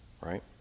right